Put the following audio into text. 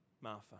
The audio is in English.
martha